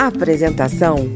Apresentação